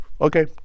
okay